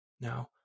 Now